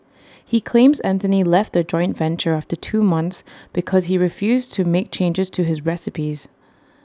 he claims Anthony left their joint venture after two months because he refused to make changes to his recipes